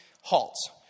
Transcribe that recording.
halt